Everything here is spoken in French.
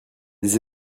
des